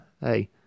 hey